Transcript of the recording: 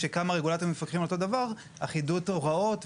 שכמה רגולטורים מפקחים על אותו הדבר אחידות הוראות,